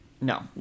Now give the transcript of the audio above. No